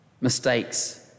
Mistakes